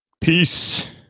Peace